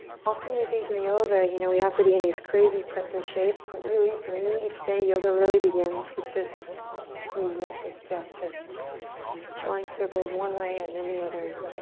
often, we think in yoga, you know we have to be in these crazy pretzel shapes, but really for me, each day yoga really begins with this movement, this gesture drawing circles one way and then the other,